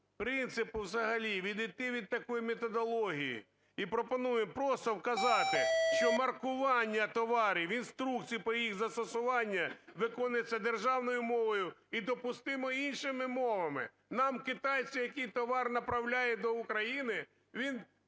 принципу взагалі, відійти від такої методології і пропонуємо просто вказати, що маркування товарів, інструкції по їх застосуванню виконується державною мовою і допустимо іншими мовами. Нам китайці, які товар направляють до України, він